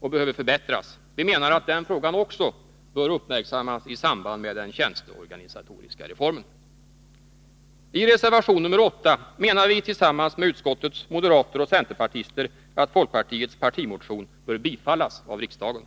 och behöver förbättras. Vi menar att den frågan också bör uppmärksammas i samband med den tjänsteorganisatoriska reformen. I reservation nr 8 menar vi tillsammans med utskottets moderater och centerpartister, att folkpartiets partimotion bör bifallas av riksdagen.